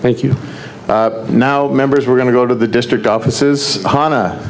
thank you now members were going to go to the district offices on